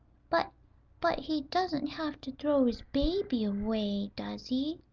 but but he doesn't have to throw his baby away, does he?